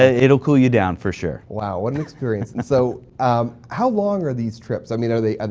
ah it'll cool you down for sure. wow, what an experience. and so, ah how long are these trips? i mean are, are they,